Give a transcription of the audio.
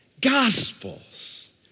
Gospels